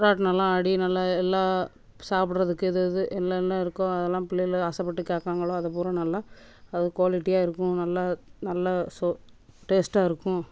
ராட்னம்லாம் ஆடி நல்லா எல்லா சாப்பிட்றதுக்கு எது எது என்ன என்ன இருக்கோ அதெல்லாம் பிள்ளைகளும் ஆசைப்பட்டு கேட்காங்களோ அதை பூராக நல்லா அது குவாலிட்டியாக இருக்கும் நல்ல நல்ல டேஸ்ட்டாக இருக்கும்